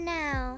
now